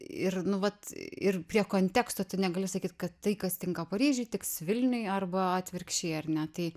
ir nu vat ir prie konteksto negaliu sakyt kad tai kas tinka paryžiuj tiks vilniuje arba atvirkščiai ar ne tai